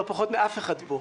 לא פחות מאף אחד פה,